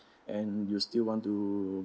and you still want to